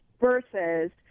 versus